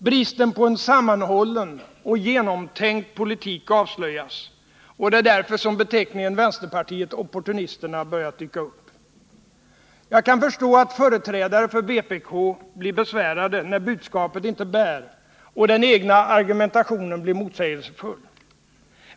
Bristen på en sammanhållen och genomtänkt politik avslöjas. Det är därför som beteckningen vänsterpartiet opportunisterna börjat dyka upp. Jag kan förstå att företrädare för vpk blir besvärade när budskapet inte bär och den egna argumentationen blir motsägelsefull.